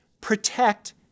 protect